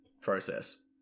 process